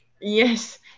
yes